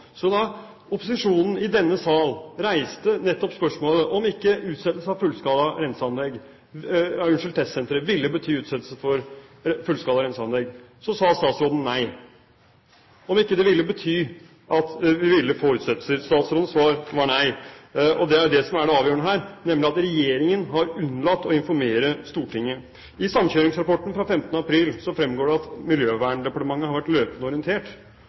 Så da opposisjonen i denne sal reiste nettopp spørsmålet om ikke utsettelsen av testsenteret ville bety utsettelse for fullskala renseanlegg, sa statsråden nei – om ikke det ville bety at vi ville få utsettelser. Statsrådens svar var nei. Og det er jo det som er det avgjørende her, nemlig at regjeringen har unnlatt å informere Stortinget. I samkjøringsrapporten fra 15. april fremgår det at Miljøverndepartementet har vært løpende orientert